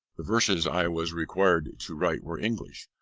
the verses i was required to write were english.